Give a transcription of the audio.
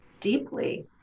deeply